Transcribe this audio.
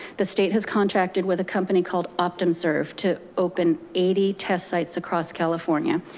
the state has contracted with a company called optumserve to open eighty test sites across california.